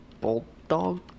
bulldog